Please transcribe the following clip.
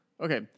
okay